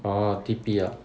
orh T_P ah